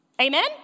Amen